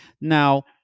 Now